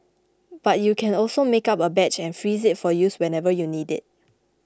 but you can also make up a batch and freeze it for use whenever you need it